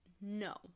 no